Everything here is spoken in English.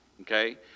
Okay